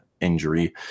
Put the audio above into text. injury